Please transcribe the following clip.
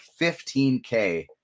15K